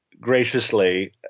graciously